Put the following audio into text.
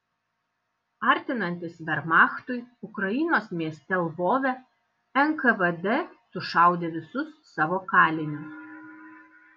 artinantis vermachtui ukrainos mieste lvove nkvd sušaudė visus savo kalinius